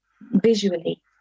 visually